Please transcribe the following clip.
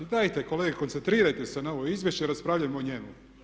Dajte kolege, koncentrirajte se na ovo izvješće i raspravljajmo o njemu.